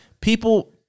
people